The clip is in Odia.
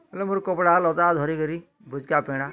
ହେଲେ ମୋ କପଡ଼ା ଲଗା ଧରି କିରି ବୁଝ୍ କା ପେଣା